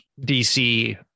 DC